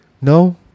No